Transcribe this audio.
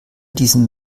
diesen